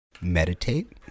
Meditate